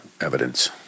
evidence